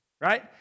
right